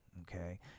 Okay